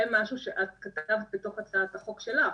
זה משהו שאת כתבת בתוך הצעת החוק שלך.